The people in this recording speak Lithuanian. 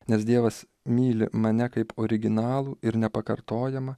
nes dievas myli mane kaip originalų ir nepakartojamą